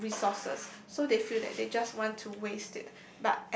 of resources so they feel that they just want to waste it